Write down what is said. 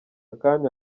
akanya